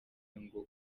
ngo